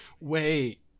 wait